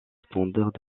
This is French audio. standard